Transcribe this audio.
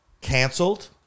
canceled